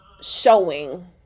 showing